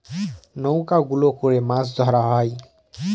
নৌকা গুলো করে মাছ ধরা হয়